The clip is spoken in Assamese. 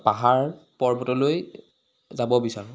পাহাৰ পৰ্বতলৈ যাব বিচাৰোঁ